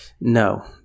No